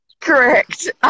correct